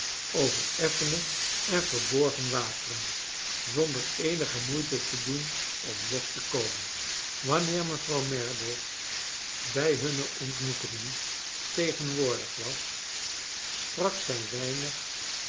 over effene en verborgen wateren z onder eenige moeite te doen om los te komen charles dickens wanneer mevrouw merdle bij hunne ontmoetingen tegenwoordig was sprak zij weinig